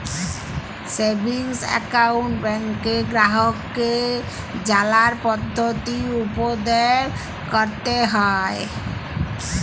savings account ব্যাংকে গ্রাহককে জালার পদ্ধতি উপদেট ক্যরতে হ্যয়